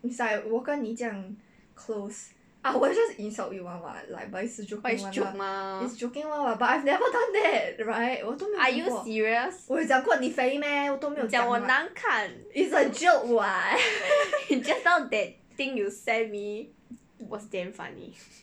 but is joke mah are you serious 你讲我难看 just now that thing you send me was damn funny